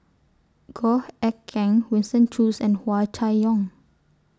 Goh Eck Kheng Winston Choos and Hua Chai Yong